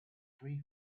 three